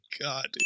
god